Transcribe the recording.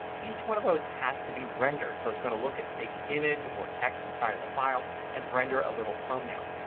each one of those has to be rendered. so it's going to look at say the image or text inside the file and render a little thumbnail.